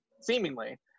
seemingly